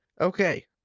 Okay